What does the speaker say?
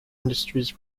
industries